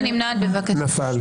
נפל.